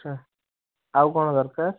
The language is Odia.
ଆଉ କ'ଣ ଦରକାର